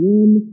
one